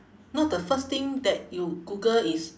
no the first thing that you google is